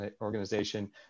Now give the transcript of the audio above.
organization